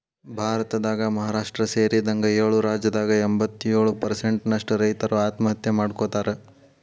ಭಾರತದಾಗ ಮಹಾರಾಷ್ಟ್ರ ಸೇರಿದಂಗ ಏಳು ರಾಜ್ಯದಾಗ ಎಂಬತ್ತಯೊಳು ಪ್ರಸೆಂಟ್ ನಷ್ಟ ರೈತರು ಆತ್ಮಹತ್ಯೆ ಮಾಡ್ಕೋತಾರ